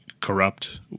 Corrupt